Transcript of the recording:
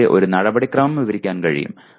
എനിക്ക് ഒരു നടപടിക്രമം വിവരിക്കാൻ കഴിയും